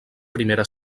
primera